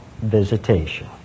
visitation